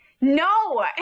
no